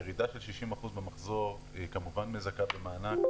ירידה של 60% במחזור כמובן מזכה במענק,